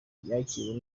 yakiriwe